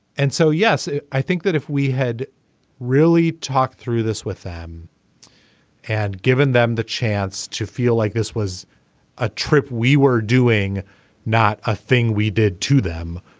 and so yes i think that if we had really talked through this with them and given them the chance to feel like this was a trip we were doing not a thing we did to them.